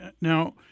now